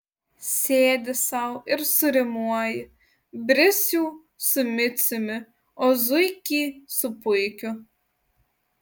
sėdi sau ir surimuoji brisių su miciumi o zuikį su puikiu